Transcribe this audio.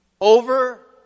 over